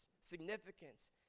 significance